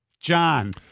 John